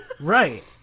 Right